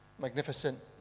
magnificent